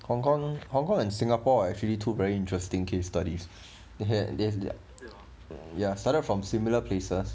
hong kong hong kong and singapore are actually two very interesting case studies there's there ya started from similar places